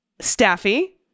Staffy